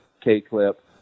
k-clip